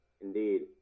Indeed